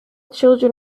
children